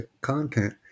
content